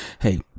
Hey